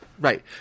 Right